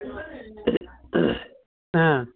ಹಾಂ